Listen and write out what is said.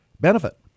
benefit